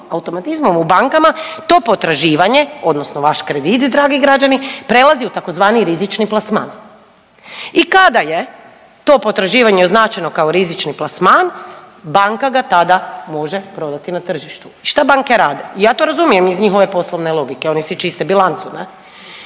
automatizmom u bankama to potraživanje, odnosno vaš kredit dragi građani prelazi u tzv. rizični plasman. I kada je to potraživanje označeno kao rizični plasman banka ga tada može prodati na tržištu. I šta banke rade? Ja to razumijem iz njihove poslovne logike, oni si čiste bilancu.